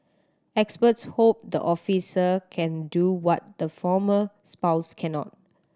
experts hope the officer can do what the former spouse cannot